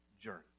journey